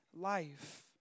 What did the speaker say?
life